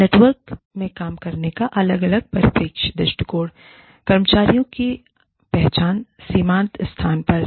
network में काम करने का अलग अलग परिप्रेक्ष्यदृष्टिकोण कर्मचारियों की पहचान सीमांत स्थान पर है